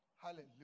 Hallelujah